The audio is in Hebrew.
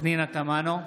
פנינה תמנו,